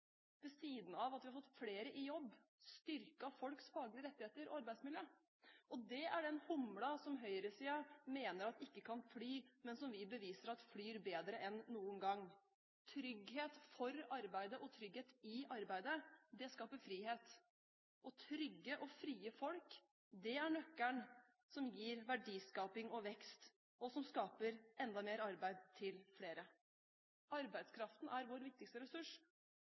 ved siden av at vi har fått flere i jobb – styrket folks faglige rettigheter og arbeidsmiljø. Det er den humlen som høyresiden mener ikke kan fly, men som vi beviser flyr bedre enn noen gang. Trygghet for arbeidet og trygghet i arbeidet skaper frihet. Trygge og frie folk er nøkkelen som gir verdiskaping og vekst, og som skaper enda mer arbeid til flere. Arbeidskraften er vår viktigste ressurs.